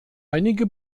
einige